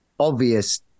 Obvious